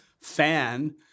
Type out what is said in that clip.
fan